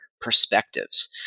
perspectives